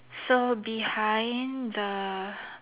so behind the